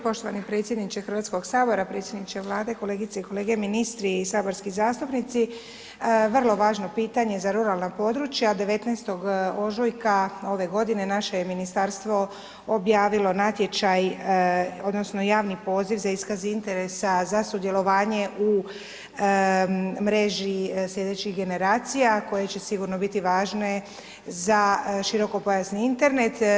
Poštovani predsjedniče HS, predsjedniče Vlade, kolegice i kolege ministri i saborski zastupnici, vrlo važno pitanje za ruralna područja, 19. ožujka ove godine naše je ministarstvo objavilo natječaj odnosno javni poziv za iskaz interesa za sudjelovanje u mreži slijedećih generacija koje će sigurno biti važne za širokopojasni Internet.